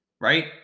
Right